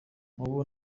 mubo